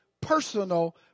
personal